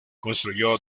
construyó